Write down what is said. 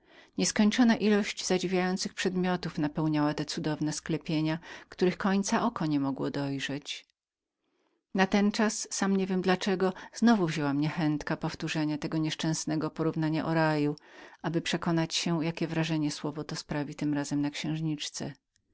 nieskończona ilość innych zadziwiających przedmiotów napełniała te cudowne sklepienia których końca oko nie mogło dojrzeć natenczas sam niewiem dla czego znowu wzięła mnie chętka powtórzenia tego nieszczęsnego porównania o raju aby przekonać się jakie wrażenie słowo to sprawi tym razem na księżniczce